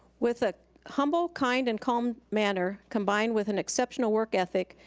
with a humble, kind, and calm manner, combined with an exceptional work ethic,